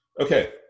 Okay